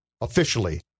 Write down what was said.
officially